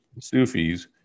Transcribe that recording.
Sufis